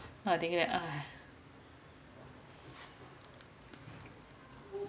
and I think that